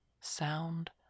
sound